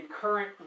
current